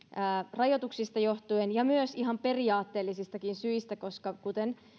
rajoituksista johtuen ja myös ihan periaatteellisistakin syistä koska kuten